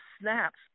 snaps